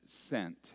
sent